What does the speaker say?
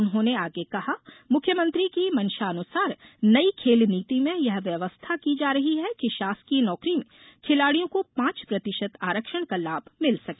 उन्होंने आगे कहा मुख्यमंत्री की मंशानुसार नई खेल नीति में यह व्यवस्था की जा रही है कि शासकीय नौकरी में खिलाड़ियों को पांच प्रतिशत आरक्षण का लाभ मिल सके